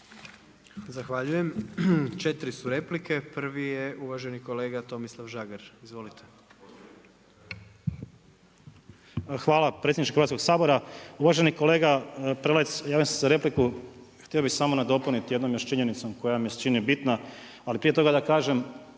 Zahvaljujem. 4 su replike. Prvi je uvaženi kolega Tomislav Žagar. Izvolite. **Žagar, Tomislav (Nezavisni)** Hvala predsjedniče Hrvatskog sabora. Uvaženi kolega Prelec. Javio sam se za repliku, htio samo nadopuniti jednom još činjenicom koja mi se čini bitna, ali prije toga da kažem